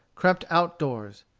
crept out doors.